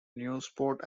newport